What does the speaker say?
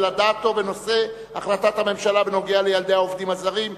אדטו בנושא: החלטת הממשלה בנוגע לילדי העובדים הזרים.